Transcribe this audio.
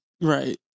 Right